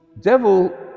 devil